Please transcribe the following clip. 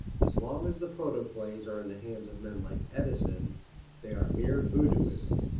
as long as the photoplays are in the hands of men like edison they are mere voodooism.